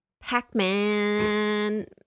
Pac-Man